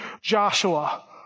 Joshua